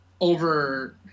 over